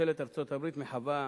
ממשלת ארצות-הברית מחווה